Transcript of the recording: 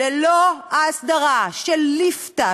ללא ההסדרה של ליפתא,